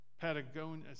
Patagonia